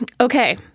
Okay